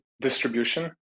distribution